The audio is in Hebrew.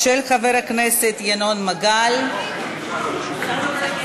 של חבר הכנסת ינון מגל וקבוצת חברי הכנסת.